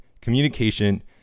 Communication